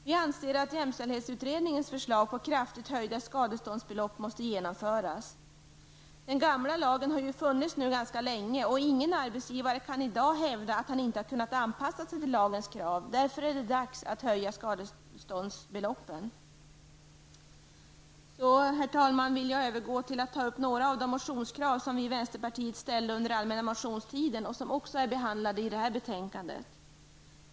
Vi anser att jämställdhetsutredningens förslag till kraftigt höjda skadeståndsbelopp måste genomföras. Den gamla lagen har funnits ganska länge, och ingen arbetsgivare kan i dag hävda att han inte har kunnat anpassa sig till lagens krav. Det är därför dags att höja skadeståndsbeloppen. Herr talman! Jag vill övergå till att ta upp några av de motionskrav som vi i vänsterpartiet reste under den allmänna motionstiden och som också behandlas i detta betänkande.